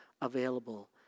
available